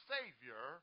Savior